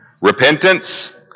Repentance